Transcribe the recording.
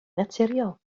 naturiol